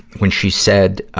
when she said, ah,